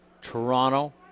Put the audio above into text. Toronto